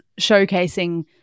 showcasing